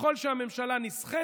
ככל שהממשלה נסחטת,